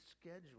schedule